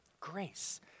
grace